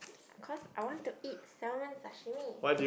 cause I want to eat salmon sashimi